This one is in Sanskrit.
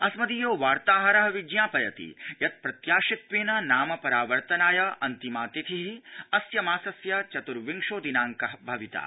अस्मदीयो वार्ताहर विज्ञापयति यत् प्रत्याशित्वेन नामपरावर्तनाय अन्तिमा तिथि अस्य मासस्य चतुर्विशो दिनाड्क भविता